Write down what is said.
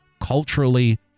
culturally